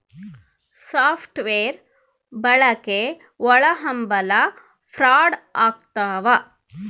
soft wear ಬಳಕೆ ಒಳಹಂಭಲ fraud ಆಗ್ತವ